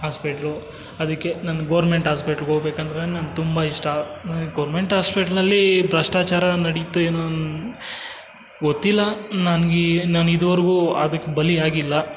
ಆಸ್ಪೆಟ್ಲು ಅದಕ್ಕೆ ನಾನು ಗೋರ್ಮೆಂಟ್ ಹಾಸ್ಪೆಟ್ಲಿಗೆ ಹೋಬೇಕಂದ್ರೆ ನನ್ಗೆ ತುಂಬ ಇಷ್ಟ ಗೊರ್ಮೆಂಟ್ ಹಾಸ್ಪೆಟ್ಲಲ್ಲೀ ಭ್ರಷ್ಟಾಚಾರ ನಡೆಯುತ್ತೊ ಏನೋ ಗೊತ್ತಿಲ್ಲ ನನಗೆ ನಾನು ಇದುವರೆಗೂ ಅದಕ್ಕೆ ಬಲಿಯಾಗಿಲ್ಲ